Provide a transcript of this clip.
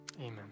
Amen